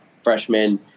freshman